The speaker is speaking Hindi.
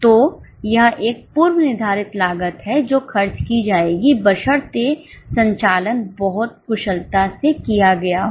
तो यह एक पूर्व निर्धारित लागत है जो खर्च की जाएगी बशर्ते संचालन बहुत कुशलता से किया गया हो